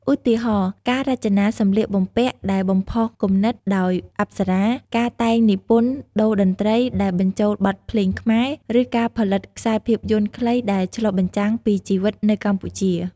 ឧទាហរណ៍ ការរចនាសម្លៀកបំពាក់ដែលបំផុសគំនិតដោយអប្សរា ការតែងនិពន្ធតូរ្យតន្ត្រីដែលបញ្ចូលបទភ្លេងខ្មែរ ឬការផលិតខ្សែភាពយន្តខ្លីដែលឆ្លុះបញ្ចាំងពីជីវិតនៅកម្ពុជា។